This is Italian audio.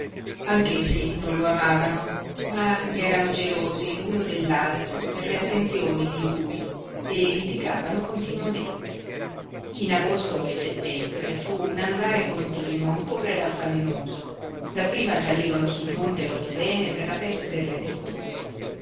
pazienza anch'essi non lo amavano ma erano gelosi l'uno dell'altro per le attenzioni di lui e litigavano continuamente in agosto e settembre fu un andare continuo un correre affannoso dapprima salirono sul monte orthobene per la festa del redentore